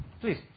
Please